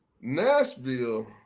Nashville